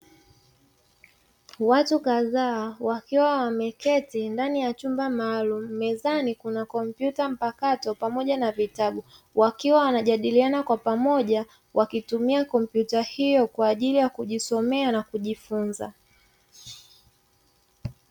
Watu kadhaa wakiwa wameketi ndani ya chumba maalumu, mezani kuna kompyuta mpakato pamoja na vitabu, wakiwa wanajadiliana kwa pamoja, wakitumia kompyuta hiyo kwa ajili ya kujisomea na kujifunza.